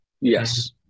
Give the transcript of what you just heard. Yes